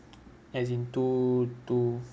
as in to to